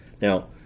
Now